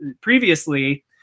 previously